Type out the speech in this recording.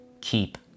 keep